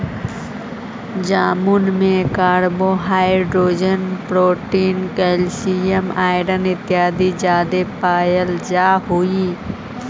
जामुन में carbohydrate protein calcium iron इत्यादि जादे पायल जा हई